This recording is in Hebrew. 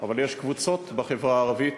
אבל יש קבוצות בחברה הערבית